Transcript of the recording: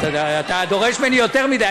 אתה דורש ממני יותר מדי.